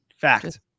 Fact